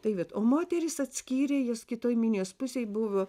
tai vat o moterys atskyrė jas kitoj minijos pusėj buvo